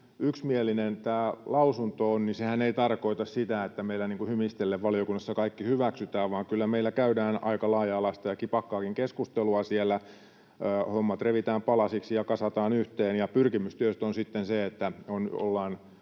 yksimielinen tämä lausunto, niin sehän ei tarkoita sitä, että meillä niin kuin hymistellen valiokunnassa kaikki hyväksytään, vaan kyllä meillä käydään aika laaja-alaista ja kipakkaakin keskustelua siellä. Hommat revitään palasiksi ja kasataan yhteen, ja pyrkimys tietysti on sitten se, että ollaan